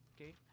Okay